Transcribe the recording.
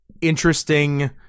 interesting